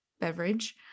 beverage